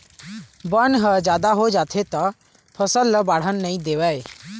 बन ह जादा हो जाथे त फसल ल बाड़हन नइ देवय